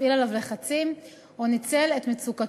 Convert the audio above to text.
הפעיל עליו לחצים או ניצל את מצוקתו.